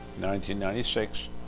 1996